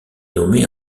nommé